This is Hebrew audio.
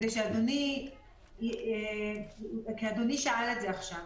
כי אדוני שאל עכשיו.